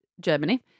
Germany